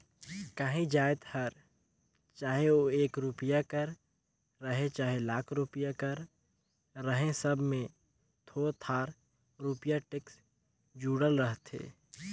काहीं जाएत हर चहे ओ एक रूपिया कर रहें चहे लाख रूपिया कर रहे सब में थोर थार रूपिया टेक्स जुड़ल रहथे